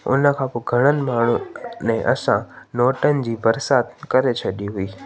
उनखां पोइ घणनि माण्हुनि ने असां नोटनि जी बरसाति करे छॾी हुई